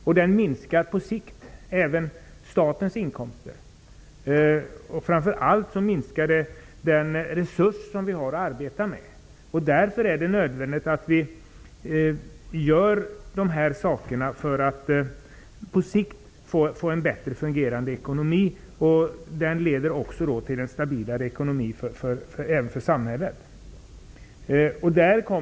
På sikt minskar miljöförstöringen även statens inkomster, och framför allt minskar den den resurs vi har att arbeta med. Därför är de här åtgärderna nödvändiga, för att vi på sikt skall få en bättre fungerande ekonomi. Vi får på detta sätt också en stabilare ekonomi för samhället.